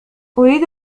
أريد